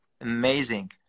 Amazing